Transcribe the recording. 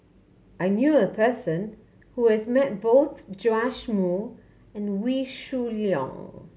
I knew a person who has met both Joash Moo and Wee Shoo Leong